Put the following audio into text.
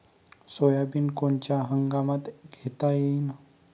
Soybean कोनच्या हंगामात घेता येईन?